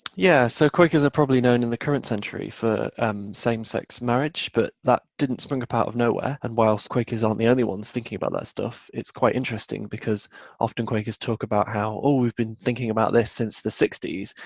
yeah, so quakers are probably known in the current century for same-sex marriage but that didn't spring up out of nowhere and whilst quakers aren't the only ones thinking about that stuff it's quite interesting because often quakers talk about how oh we've been thinking about this since the sixty s,